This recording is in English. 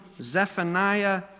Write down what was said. Zephaniah